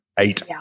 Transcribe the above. eight